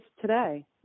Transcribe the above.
today